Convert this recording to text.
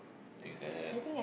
things like that